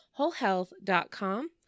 wholehealth.com